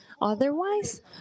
otherwise